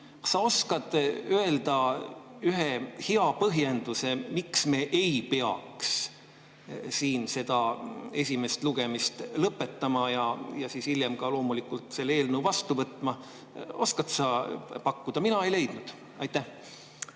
sa oskad öelda ühe hea põhjenduse, miks me ei peaks siin seda esimest lugemist lõpetama ja hiljem seda eelnõu vastu võtma? Oskad sa pakkuda? Mina ei leidnud. Aitäh,